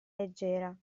leggera